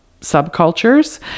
subcultures